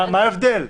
מה ההבדל?